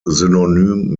synonym